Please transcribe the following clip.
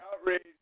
outrage